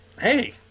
hey